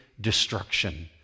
destruction